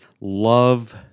love